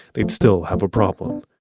they'd still have a problem.